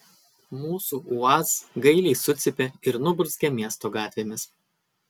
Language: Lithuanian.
mūsų uaz gailiai sucypė ir nuburzgė miesto gatvėmis